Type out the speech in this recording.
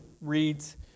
reads